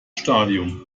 stadium